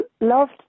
loved